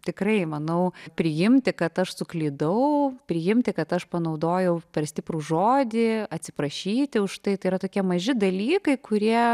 tikrai manau priimti kad aš suklydau priimti kad aš panaudojau per stiprų žodį atsiprašyti už tai tai yra tokie maži dalykai kurie